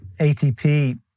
ATP